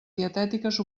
dietètiques